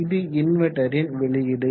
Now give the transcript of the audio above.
இது இன்வெர்ட்டரின் வெளியீடு